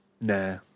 nah